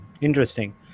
Interesting